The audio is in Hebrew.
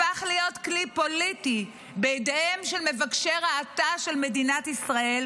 הפך להיות כלי פוליטי בידיהם של מבקשי רעתה של מדינת ישראל,